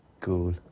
Cool